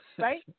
Right